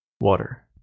water